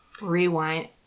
Rewind